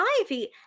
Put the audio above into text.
Ivy